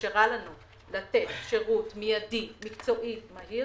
שאפשרה לנו לתת שירות מיידי, מקצועי, מהיר